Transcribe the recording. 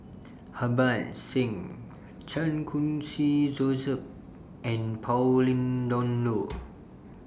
Harbans Singh Chan Khun Sing Joseph and Pauline Dawn Loh